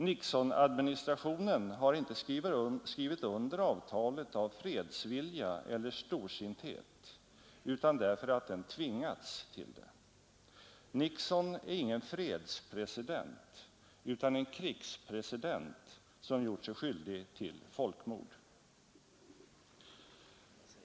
Nixonadministrationen har inte skrivit under avtalet av fredsvilja eller storsinthet, utan därför att den tvingats till det. Nixon är ingen fredspresident, utan en krigspresident som gjort sig skyldig till folkmord.